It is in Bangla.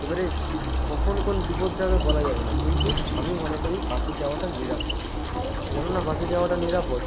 এবারে কখন কোন বিপদটা হবে বলা যাবে না কিন্তু আমি মনে করি বাসে যাওয়াটা নিরাপদ কেননা বাসে যাওয়াটা নিরাপদ